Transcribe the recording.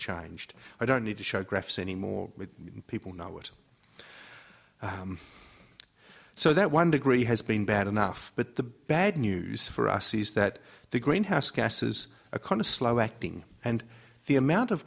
changed i don't need to show graphs anymore with people know what so that one degree has been bad enough but the bad news for us is that the greenhouse gases a kind of slow acting and the amount of